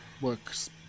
works